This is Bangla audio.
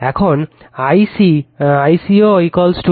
একইভাবে I c also Ia কোণ 120o